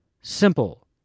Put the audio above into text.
Simple